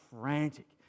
frantic